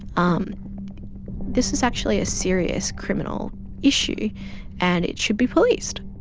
um this is actually a serious criminal issue and it should be policed.